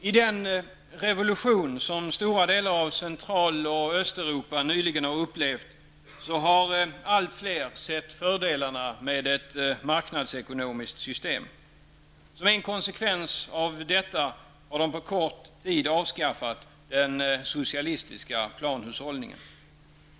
I den revolution som stora delar av Central och Östeuropa nyligen upplevt har allt fler sett fördelarna med ett marknadsekonomiskt system. Som en konsekvens av detta har de på kort tid avskaffat den socialistiska planhushållningen.